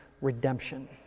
redemption